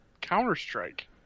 counter-strike